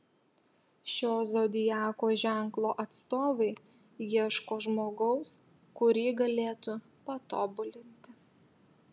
šio zodiako ženklo atstovai ieško žmogaus kurį galėtų patobulinti